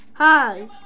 Hi